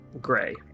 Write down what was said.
Gray